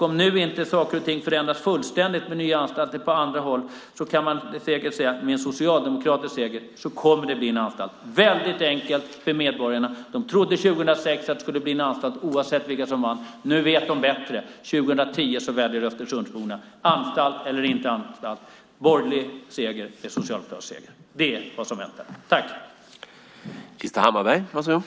Om nu inte saker och ting förändras fullständigt med nya anstalter på andra håll kan man med säkerhet säga att med en socialdemokratisk seger kommer det att bli en anstalt. Det är enkelt för medborgarna. De trodde 2006 att det skulle bli en anstalt oavsett vilka som vann. Nu vet de bättre. År 2010 väljer Östersundsborna - anstalt eller inte anstalt, borgerlig seger eller socialdemokratisk seger. Det är vad som väntar.